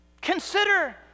Consider